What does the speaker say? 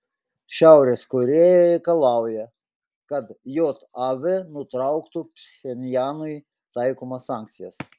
šiaurės korėja reikalauja kad jav nutrauktų pchenjanui taikomas sankcijas